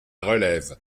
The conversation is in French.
relève